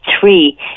three